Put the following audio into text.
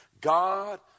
God